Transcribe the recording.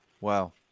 Wow